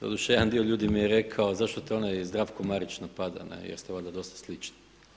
Doduše jedan dio ljudi mi je rekao zašto te onaj Zdravko Marić napada, ne, jer ste valjda dosta slični.